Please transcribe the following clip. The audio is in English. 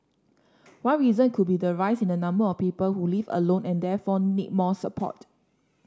one reason could be the rise in the number of people who live alone and therefore need more support